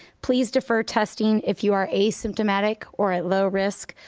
please defer testing if you are asymptomatic or at low risk,